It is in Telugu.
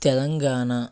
తెలంగాణ